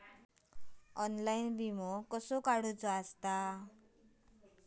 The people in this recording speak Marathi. ऑनलाइन विमो कसो काढायचो?